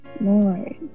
Lord